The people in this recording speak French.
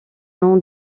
nom